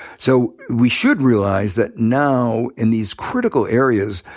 so we should realize that now, in these critical areas,